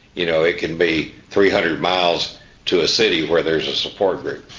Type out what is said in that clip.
you know it can be three hundred miles to a city where there's a support group.